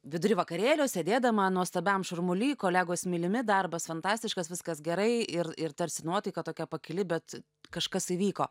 vidury vakarėlio sėdėdama nuostabiam šurmuly kolegos mylimi darbas fantastiškas viskas gerai ir ir tarsi nuotaika tokia pakili bet kažkas įvyko